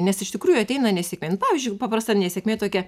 nes iš tikrųjų ateina nesėkmė nu pavyzdžiui paprasta nesėkmė tokia